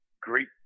great